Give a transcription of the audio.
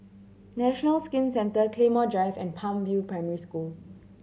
National Skin Centre Claymore Drive and Palm View Primary School